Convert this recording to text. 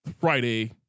Friday